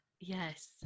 Yes